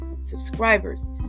subscribers